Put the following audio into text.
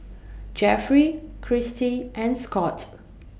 Jeffery Kristie and Scot